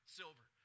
silver